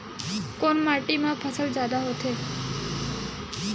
कोन माटी मा फसल जादा होथे?